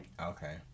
Okay